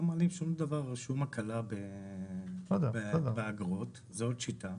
אין שום הקלה באגרות זו עוד שיטה,